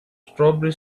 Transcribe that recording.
strawberry